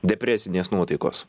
depresinės nuotaikos